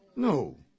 No